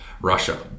Russia